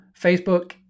Facebook